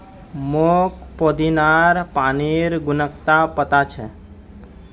मोक पुदीनार पानिर गुणवत्ता पता छ